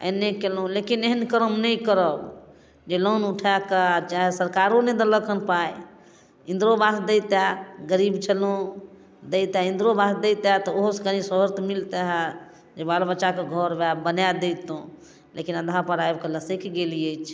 एन्ने केलहुँ लेकिन एहन करम नहि करब जे लोन उठाके चाहै सरकारो नहि देलक है पाइ इन्दिरो आवास दैते गरीब छलहुँ दैते इन्दिरो आवास दैते तऽ ओहोसँ कनि सहूलियत मिलतै जे बाल बच्चाके घर वएह बना दैतहुँ लेकिन अधापर आबिके लसकि गेल अछि